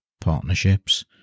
partnerships